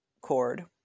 cord